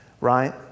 Right